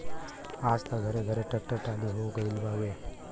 आज त घरे घरे ट्रेक्टर टाली होई गईल हउवे